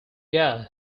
yeah